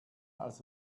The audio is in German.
als